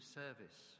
service